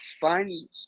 find